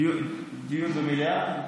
דיון במליאה.